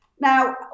now